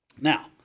Now